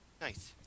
Nice